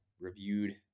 reviewed